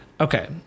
okay